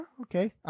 Okay